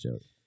joke